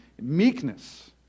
meekness